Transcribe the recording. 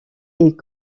est